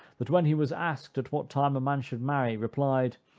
that when he was asked, at what time, a man should marry? replied,